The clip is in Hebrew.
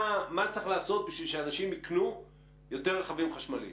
מה צריך לעשות כדי שאנשים יקנו יותר רכבים חשמליים?